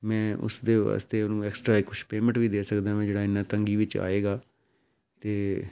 ਮੈਂ ਉਸਦੇ ਵਾਸਤੇ ਉਹਨੂੰ ਐਕਸਟਰਾ ਕੁਛ ਪੇਮੈਂਟ ਵੀ ਦੇ ਸਕਦਾ ਵੀ ਜਿਹੜਾ ਐਨਾ ਤੰਗੀ ਵਿੱਚ ਆਏਗਾ ਅਤੇ